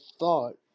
thought